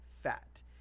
fat